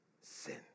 sin